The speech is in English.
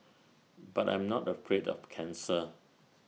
but I'm not afraid of cancer